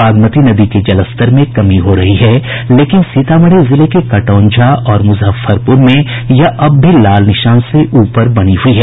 बागमती नदी के जलस्तर में कमी हो रही है लेकिन सीतामढ़ी जिले के कटौंझा और मुजफ्फरपुर में यह अब भी लाल निशान से ऊपर बनी हुई है